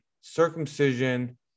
circumcision